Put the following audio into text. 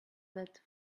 that